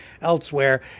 elsewhere